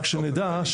רק שנדע,